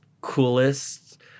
coolest